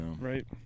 Right